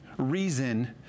Reason